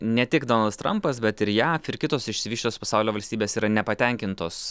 ne tik danas trampas bet ir jav ir kitos išsivysčios pasaulio valstybės yra nepatenkintos